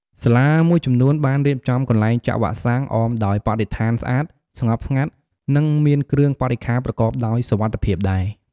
សាលាមួយចំនួនបានរៀបចំកន្លែងចាក់វ៉ាក់សាំងអមដោយបរិស្ថានស្អាត ស្ងប់ស្ងាត់ និងមានគ្រឿងបរិក្ខារប្រកបដោយសុវត្ថិភាពដែរ។